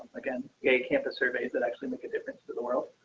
again, a a campus surveys that actually make a difference to the world.